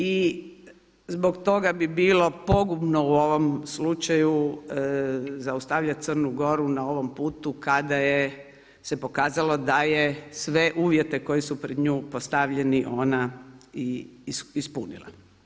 I zbog toga bi bilo pogubno u ovom slučaju zaustavljati Crnu Goru na ovom putu kada se pokazalo da je sve uvjete koje su pred nju postavljeni ona ispunila.